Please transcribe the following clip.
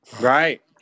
Right